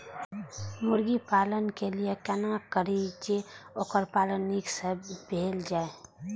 मुर्गी पालन के लिए केना करी जे वोकर पालन नीक से भेल जाय?